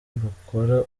bakora